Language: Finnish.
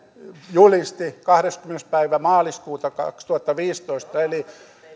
julisti kahdentenakymmenentenä päivänä maaliskuuta kaksituhattaviisitoista eli